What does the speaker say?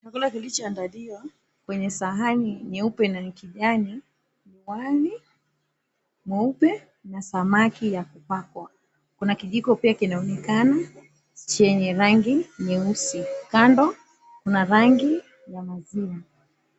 Chakula kilichoandaliwa kwenye sahani nyeupe na ni kijani, wali mweupe na samaki ya kupakwa. Kuna kijiko pia kinaonekana chenye rangi nyeusi. Kando kuna rangi ya maziwa.